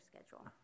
schedule